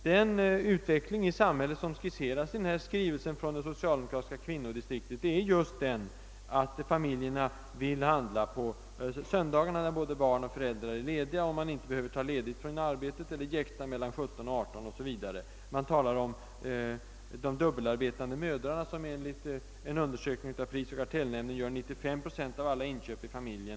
Den utveckling i samhället som skisseras i denna skrivelse från socialdemokratiska kvinnodistriktet är just den all familjerna vill handla på söndagar, när både barn och familjer är lediga och man inte behöver ta ledigt från arbetet eller jäkta mellan kl. 17 och 18 0. Sv. Det talas om de dubbelarbetande mödrarna som enligt en undersökning av prisoch kartellnämnden gör 95 procent av alla inköp i familjen.